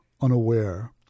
unaware